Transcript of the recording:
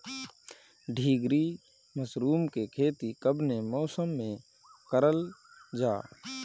ढीघरी मशरूम के खेती कवने मौसम में करल जा?